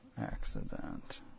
Accident